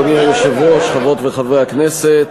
אדוני היושב-ראש, חברות וחברי הכנסת,